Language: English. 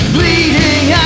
Bleeding